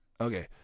Okay